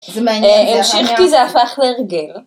זה מעניין - זה המשיך כי זה הפך להרגל...